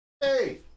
Hey